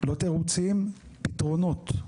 לא תירוצים, פתרונות.